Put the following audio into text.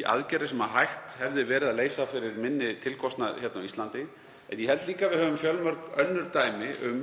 í aðgerðir sem hægt hefði verið að leysa fyrir minni tilkostnað hérna á Íslandi. En ég held líka að við höfum fjölmörg önnur dæmi um